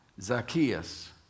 Zacchaeus